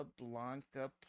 Blanca